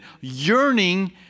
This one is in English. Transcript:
yearning